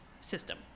system